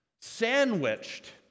Sandwiched